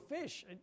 fish